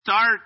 start